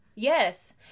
Yes